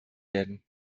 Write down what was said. werden